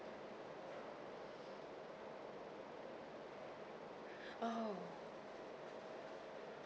oh